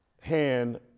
hand